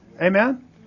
Amen